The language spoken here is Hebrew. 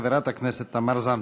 חברת הכנסת תמר זנדברג.